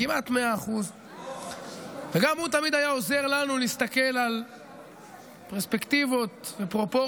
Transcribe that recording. כמעט 100%. וגם הוא תמיד היה עוזר לנו להסתכל בפרספקטיבות ופרופורציות,